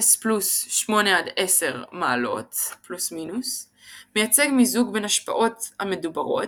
0° +/- 8-10° - מייצג מיזוג בין ההשפעות המדוברות,